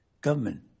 government